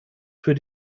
für